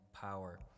power